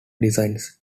designs